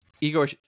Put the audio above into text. Igor